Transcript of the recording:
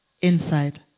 inside